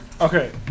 Okay